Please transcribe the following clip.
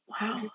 Wow